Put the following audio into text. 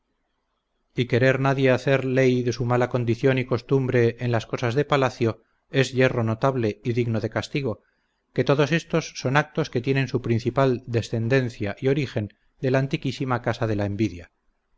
y querer nadie hacer ley de su mala condición y costumbre en las cosas de palacio es yerro notable y digno de castigo que todos estos son actos que tienen su principal descendencia y origen de la antiquísima casa de la envidia